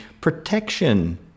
protection